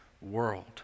world